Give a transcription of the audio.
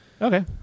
Okay